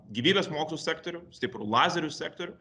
gyvybės mokslų sektorių stiprų lazerių sektorių